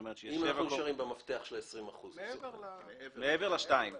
אם אנחנו נשארים במפתח של 20%. מעבר לשתיים.